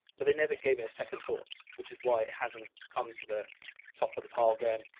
but they never gave it a second thought, which is why it hasn't come to the top of the pile going,